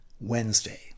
Wednesday